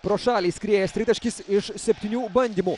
pro šalį skriejęs tritaškis iš septynių bandymų